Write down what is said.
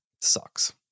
Sucks